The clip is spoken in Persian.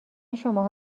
شماها